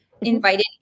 invited